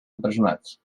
empresonats